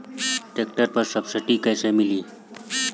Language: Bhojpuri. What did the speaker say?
ट्रैक्टर पर सब्सिडी कैसे मिली?